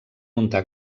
muntar